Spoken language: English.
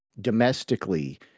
domestically